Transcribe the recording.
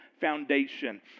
foundation